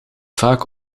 vaak